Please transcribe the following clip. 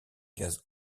gaz